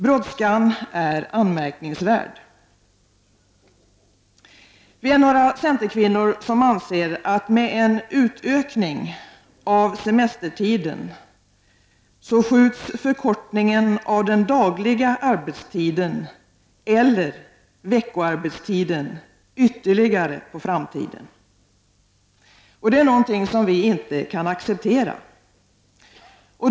Brådskan är anmärkningsvärd. Vi är några centerkvinnor som anser att med en utökning av semestertiden skjuts förkortningen av den dagliga arbetstiden, eller veckoarbetstiden, ytterligare på framtiden. Det är något som vi inte kan acceptera.